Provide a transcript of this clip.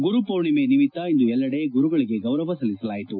ಗುರು ಪೂರ್ಣಿಮೆ ನಿಮಿತ್ತ ಇಂದು ಎಲ್ಲೆಡೆ ಗುರುಗಳಗೆ ಗೌರವ ಸಲ್ಲಿಸಲಾಯಿತು